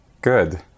Good